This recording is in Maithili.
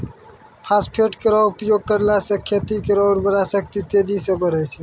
फास्फेट केरो उपयोग करला सें खेत केरो उर्वरा शक्ति तेजी सें बढ़ै छै